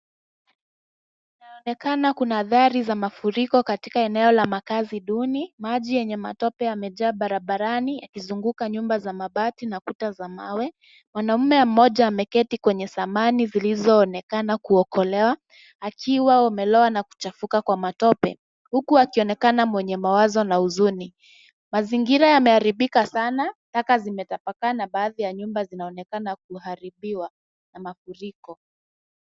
Inaonekana kuna athari za mafuriko katika eneo la makazi duni. Maji yenye matope yamejaa barabarani ikizunguka nyumba za mabati na kuna kuta za mawe. Mwanaume mmoja ameketi kwenye samani zilizoonekana kuokolewa akiwa ameloa na kuchafuka kwa matope huku akionekana mwenye mawazo na huzuni. Mazingira yameharibika sana, taka zimetapakaa na baadhi ya nyumba zinaonekana kuharibiwa na mafuriko.